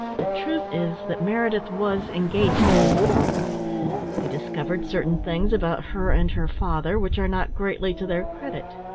the truth is that meredith was engaged to this girl he discovered certain things about her and her father which are not greatly to their credit.